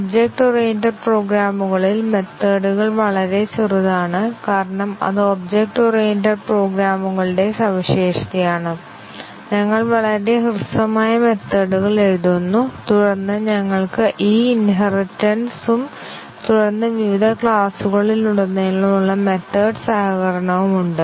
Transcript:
object oriented പ്രോഗ്രാമുകളിൽ മെത്തേഡ്കൾ വളരെ ചെറുതാണ് കാരണം അത് ഒബ്ജക്റ്റ് ഓറിയന്റഡ് പ്രോഗ്രാമുകളുടെ സവിശേഷതയാണ് ഞങ്ങൾ വളരെ ഹ്രസ്വമായ മെത്തേഡ്കൾ എഴുതുന്നു തുടർന്ന് ഞങ്ങൾക്ക് ഈ ഇൻഹെറിറ്റെൻസ് ഉം തുടർന്ന് വിവിധ ക്ലാസുകളിലുടനീളമുള്ള മെത്തേഡ് സഹകരണവും ഉണ്ട്